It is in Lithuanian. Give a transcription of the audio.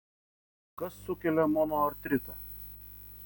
kas sukelia monoartritą